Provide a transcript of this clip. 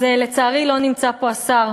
אז לצערי, לא נמצא פה השר,